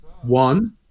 one